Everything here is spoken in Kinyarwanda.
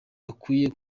bakwiye